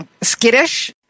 skittish